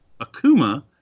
Akuma